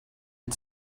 and